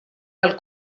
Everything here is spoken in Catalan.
del